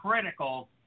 critical